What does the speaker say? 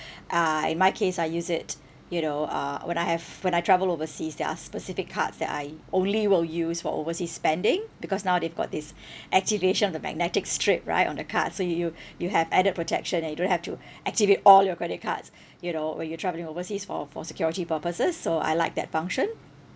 uh in my case I use it you know uh when I have when I travel overseas there are specific cards that I only will use for overseas spending because now they've got this activation of the magnetic strip right on the card so you you you have added protection and you don't have to activate all your credit cards you know when you're travelling overseas for for security purposes so I like that function